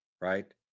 right